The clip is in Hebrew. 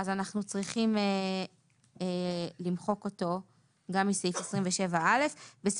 אנחנו צריכים למחוק אותו גם מסעיף 27א. תיקון